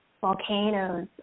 volcanoes